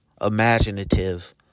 imaginative